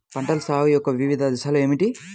పంటల సాగు యొక్క వివిధ దశలు ఏమిటి?